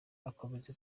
akomeza